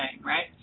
right